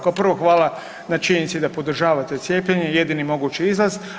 Kao prvo hvala na činjenici da podržavate cijepljenje, jedini mogući izlaz.